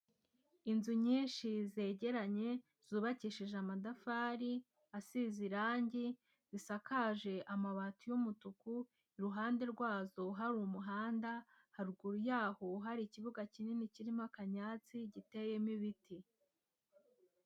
Inzu nyinshi zegeranye, zubakishije amatafari asize irangi, zisakaje amabati y'umutuku, iruhande rwazo hari umuhanda, haruguru yaho hari ikibuga kinini kirimo akanyatsi giteyemo ibiti.